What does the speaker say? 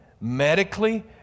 medically